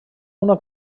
una